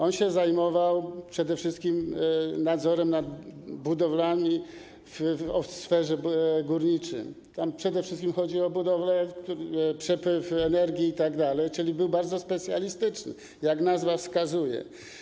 On się zajmował przede wszystkim nadzorem nad budowlami w sferze górniczej, tam chodzi zwłaszcza o budowle, przepływ energii itd., czyli był bardzo specjalistyczny, jak nazwa wskazuje.